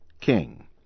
king